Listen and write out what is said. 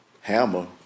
hammer